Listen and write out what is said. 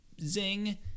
zing